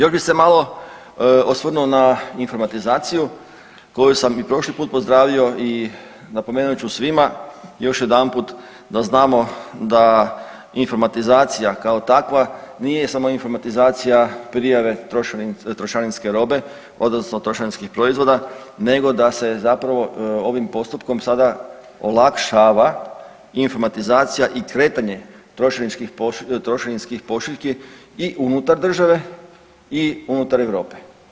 Još bi se malo osvrnuo na informatizaciju koju sam i prošli put pozdravio i napomenut ću svima još jedanput da znamo da informatizacija kao takva nije samo informatizacija prijave trošarinske robe odnosno trošarinskih proizvoda nego da se zapravo ovim postupkom olakšava informatizacija i kretanje trošarinskih pošiljki i unutar države i unutar Europe.